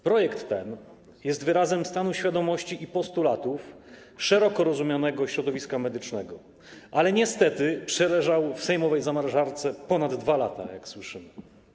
Projekt ten jest wyrazem stanu świadomości i postulatów szeroko rozumianego środowiska medycznego, ale niestety przeleżał w Sejmowej zamrażarce ponad 2 lata, jak słyszymy.